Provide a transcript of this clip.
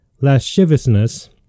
lasciviousness